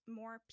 more